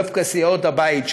דווקא סיעות הבית,